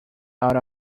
out